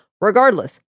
Regardless